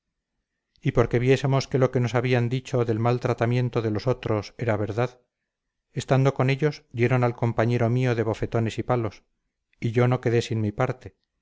y porque viésemos que lo que nos habían dicho del mal tratamiento de los otros era verdad estando con ellos dieron al compañero mío de bofetones y palos y yo no quedé sin mi parte